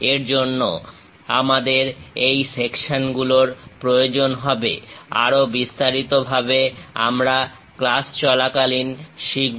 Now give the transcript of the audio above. এর জন্য আমাদের এই সেকশন গুলোর প্রয়োজন হবে আরো বিস্তারিত ভাবে আমরা ক্লাস চলাকালীন শিখব